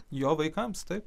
jo vaikams taip